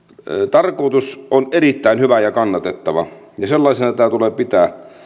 tarkoitus on erittäin hyvä ja kannatettava ja sellaisena tämä tulee pitää